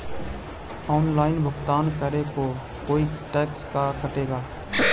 Online भुगतान करे को कोई टैक्स का कटेगा?